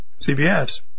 CBS